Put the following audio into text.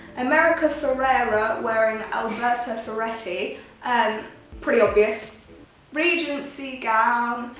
america ferreira wearing alberta ferretti um pretty obvious regency gown.